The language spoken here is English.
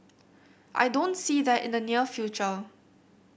I don't see that in the near future